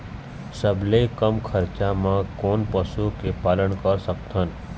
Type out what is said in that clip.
सबले कम खरचा मा कोन पशु के पालन कर सकथन?